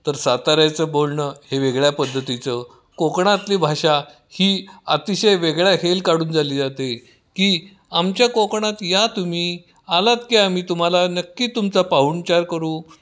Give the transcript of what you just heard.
तर साताऱ्याचं बोलणं हे वेगळ्या पद्धतीचं कोकणातली भाषा ही अतिशय वेगळा हेल काढून झाली जाते की आमच्या कोकणात या तुम्ही आलात की आम्ही तुम्हाला नक्कीच तुमचा पाहुणचार करू